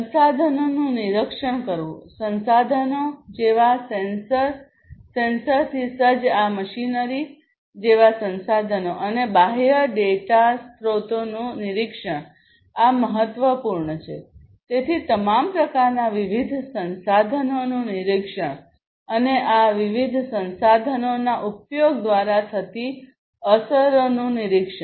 સંસાધનોનું નિરીક્ષણ કરવુંસંસાધનો જેવા સેન્સર સેન્સરથી સજ્જ આ મશીનરી જેવા સંસાધનો અને બાહ્ય ડેટા સ્રોતોનું નિરીક્ષણ આ મહત્વપૂર્ણ છેતેથી તમામ પ્રકારના વિવિધ સંસાધનોનું નિરીક્ષણ અને આ વિવિધ સંસાધનોના ઉપયોગ દ્વારા થતી અસરોનું નિરીક્ષણ